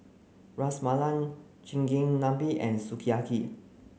Ras Malai Chigenabe and Sukiyaki